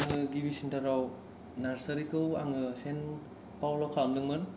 आङो गिबिसिनथाराव नार्सारिखौ आङो सेन्ट पावलाव खालामदोंमोन